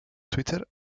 twitter